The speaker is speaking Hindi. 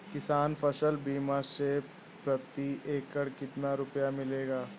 किसान फसल बीमा से प्रति एकड़ कितना रुपया मिलेगा?